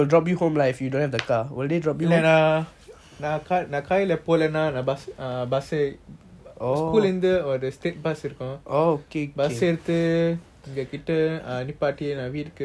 நான்:naan car lah போலான நான்:polana naan bus school லந்து ஒரு:lanthu oru straight bus இருக்கும்:irukum err bus எடுத்து இங்க கிட்ட நிப்பாட்டி நான் வீட்டுக்கு நடந்து வருவான்:eaduthu inga kita nipaati naan veetuku nadanthu varuvan